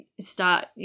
start